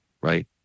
right